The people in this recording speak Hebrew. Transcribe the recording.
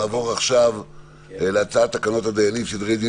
נעבור עכשיו להצעת תקנות הדיינים (סדרי דין